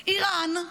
איראן,